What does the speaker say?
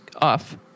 off